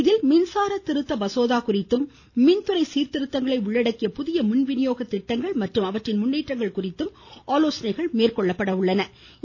இதில் மின்சார திருத்த மசோதா குறித்தும் மின்துறை சீர்திருத்தங்களை உள்ளடக்கிய புதிய மின்விநியோக திட்டங்கள் மற்றும் அவற்றின் முன்னேற்றங்கள் குறித்தும் ஆலோசனை மேற்கொள்கிறார்